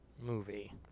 movie